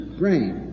brain